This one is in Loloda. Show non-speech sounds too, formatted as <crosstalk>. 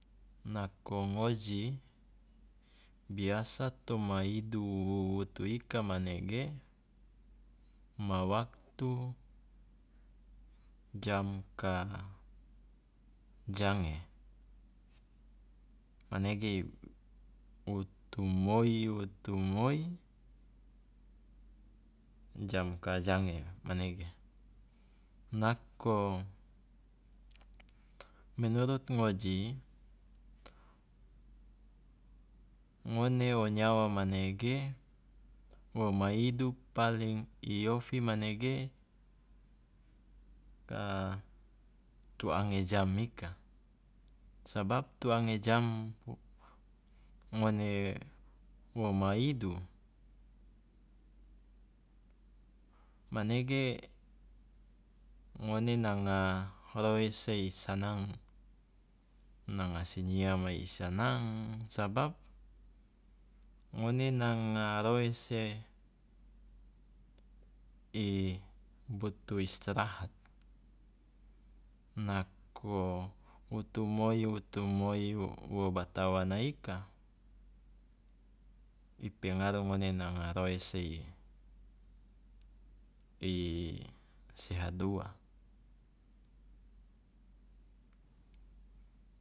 Nako ngoji biasa to maidu wutu ika manege ma waktu jam ka jange, manege wutu moi wutu moi jam ka jange manege. Nako menurut ngoji ngone o nyawa manege wo maidu paling i ofi manege <hesitation> tuange jam ika, sabab tuange jam ngone wo maidu manege ngone nanga roese i sanang, nanga sinyia mai i sanang, sabab ngone nanga roese i butu istrahat, nako wutu moi wutu moi wo batawana ika i pengaruh ngone nanga roese i <hesitation> sehat ua